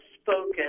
spoken